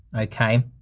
okay?